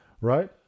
right